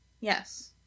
Yes